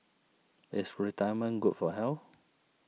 is retirement good for health